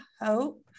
hope